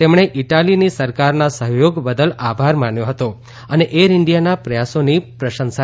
તેમણે ઈટાલીની સરકારના સહયોગ બદલ આભાર માન્યો હતો અને એર ઈન્ડિયાના પ્રયાસોની પ્રશંસા કરી હતી